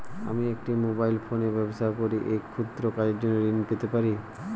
আমি একটি মোবাইল ফোনে ব্যবসা করি এই ক্ষুদ্র কাজের জন্য ঋণ পেতে পারব?